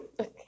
Okay